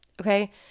Okay